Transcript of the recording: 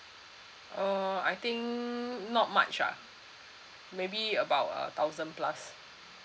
uh I think not much ah maybe about a thousand plus